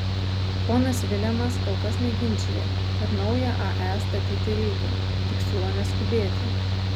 ponas vilemas kol kas neginčija kad naują ae statyti reikia tik siūlo neskubėti